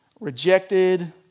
rejected